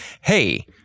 hey